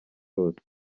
hose